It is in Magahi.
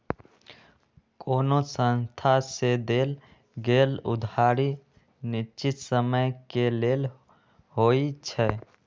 कोनो संस्था से देल गेल उधारी निश्चित समय के लेल होइ छइ